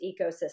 ecosystem